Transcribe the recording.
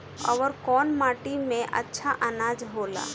अवर कौन माटी मे अच्छा आनाज होला?